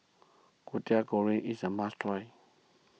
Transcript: Kwetiau Goreng is a must try